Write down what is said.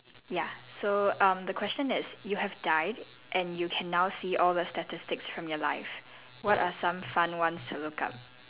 ya so um the question is you have died and you can now see all the statistics from your life what are some fun ones to look up